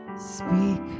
speak